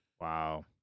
Wow